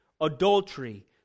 adultery